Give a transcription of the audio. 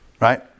Right